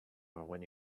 when